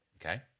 Okay